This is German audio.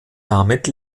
damit